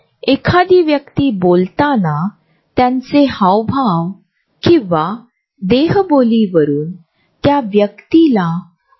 मी भाषणाने खूप प्रभावित झालो आणि मला यावर भाष्य करायचे आहे तर मी संभाषणासाठी जवळ येईन